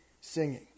singing